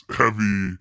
heavy